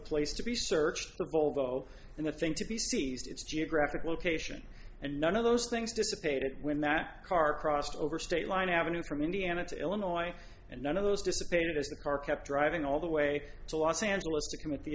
place to be searched the volvo and the thing to be seized its geographic location and none of those things dissipated when that car crossed over state line avenue from indiana to illinois and none of those dissipated as the car kept driving all the way to los angeles to commit the